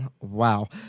Wow